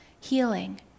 healing